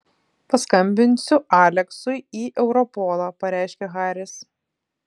paskambinsiu aleksui į europolą pareiškė haris